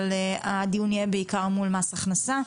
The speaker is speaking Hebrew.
אבל הדיון יהיה בעיקר מול מס הכנסה.